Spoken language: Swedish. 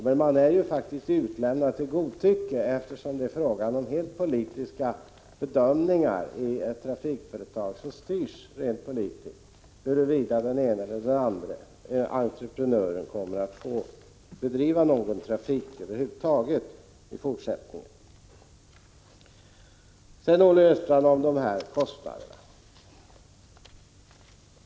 Men de är faktiskt utlämnade till godtycke, eftersom det är fråga om helt politiska bedömningar, i ett trafikföretag som styrs rent politiskt, som avgör huruvida den ena eller andra entreprenören kommer att få bedriva någon trafik över huvud taget i fortsättningen. Sedan till kostnaderna, Olle Östrand.